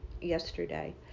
yesterday